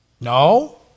No